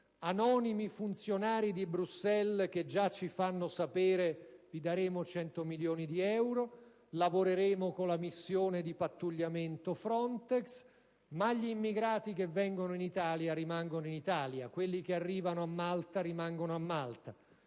Anonimi funzionari di Bruxelles già ci fanno sapere che ci daranno 100 milioni di euro, che lavoreranno con la missione di pattugliamento Frontex, ma che gli immigrati che arrivano in Italia rimarranno in Italia, che quelli che arrivano a Malta rimarranno a Malta.